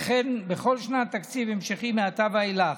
וכן בכל שנת תקציב המשכי מעתה ואילך.